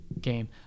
game